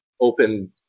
open